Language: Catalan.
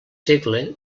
segle